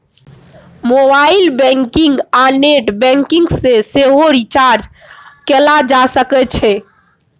mobile banking आ net banking सँ सेहो रिचार्ज कएल जा सकै छै